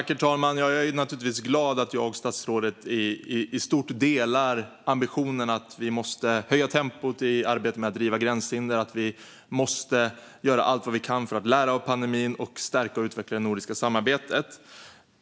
Herr talman! Jag är naturligtvis glad att jag och statsrådet i stort delar ambitionerna när det gäller att vi måste höja tempot i arbetet med att riva gränshinder och göra allt vad vi kan för att lära av pandemin och stärka och utveckla det nordiska samarbetet.